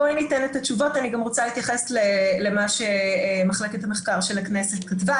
גם רוצה להתייחס למה שמחלקת המחקר של הכנסת כתבה.